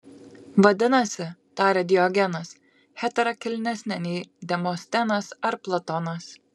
vadinasi tarė diogenas hetera kilnesnė nei demostenas ar platonas